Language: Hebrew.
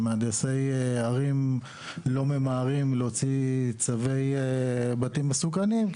שמהנדסי ערים לא ממהרים להוציא צווי בתים מסוכנים,